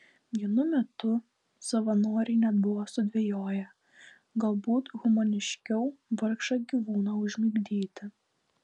vienu metu savanoriai net buvo sudvejoję galbūt humaniškiau vargšą gyvūną užmigdyti